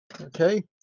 Okay